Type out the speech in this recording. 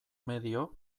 medio